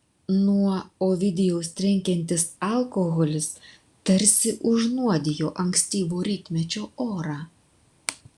nuo ovidijaus trenkiantis alkoholis tarsi užnuodijo ankstyvo rytmečio orą